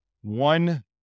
one